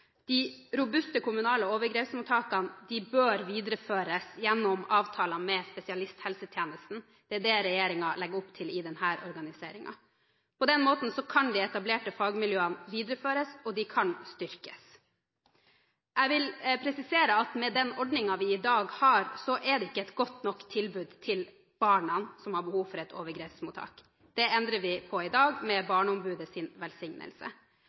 De robuste kommunale overgrepsmottakene bør videreføres gjennom avtaler med spesialisthelsetjenesten. Det er det regjeringen legger opp til i denne organiseringen. På den måten kan de etablerte fagmiljøene videreføres, og de kan styrkes. Jeg vil presisere at med den ordningen vi i dag har, er det ikke et godt nok tilbud til de barna som har behov for et overgrepsmottak. Det endrer vi på i dag, med Barneombudets velsignelse.